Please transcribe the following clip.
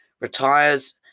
retires